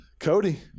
Cody